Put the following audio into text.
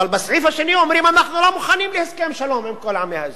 אבל בסעיף השני אומרים: אנחנו לא מוכנים להסכם שלום עם כל עמי האזור.